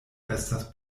estas